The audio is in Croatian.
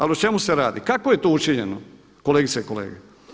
Ali o čemu se radi? kako je to učinjeno, kolegice i kolege?